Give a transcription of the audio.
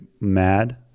mad